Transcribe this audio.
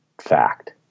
fact